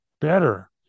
better